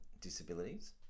disabilities